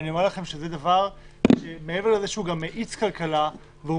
זה דבר שמעבר לזה שהוא גם מאיץ כלכלה והוא